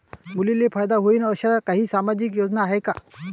मुलींले फायदा होईन अशा काही सामाजिक योजना हाय का?